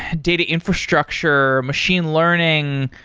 ah data infrastructure, machine learning.